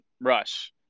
Rush